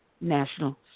National